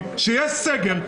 כשיש סגר,